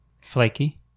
flaky